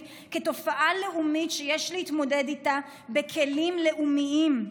כתופעה לאומית שיש להתמודד איתה בכלים לאומיים.